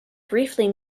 briefly